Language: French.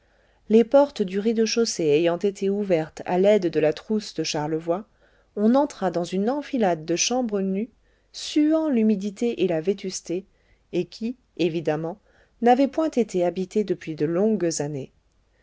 les portes du rez-de-chaussée ayant été ouvertes à l'aide de la trousse de charlevoy on entra dans une enfilade de chambre nues suant l'humidité et la vétusté et qui évidemment n'avaient point été habitées depuis de longues années